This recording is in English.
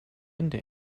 into